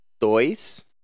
dois